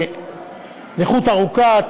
נכות ארוכה,